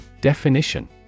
Definition